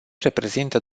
reprezintă